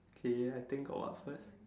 okay I think go up first